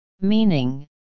Meaning